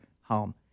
home